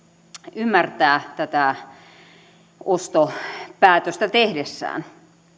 ymmärtää tätä ostopäätöstä tehdessään